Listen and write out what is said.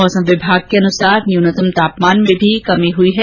मौसम विभाग के अनुसार न्यूनतम तापमान में भी कमी दर्ज की गई है